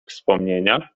wspomnienia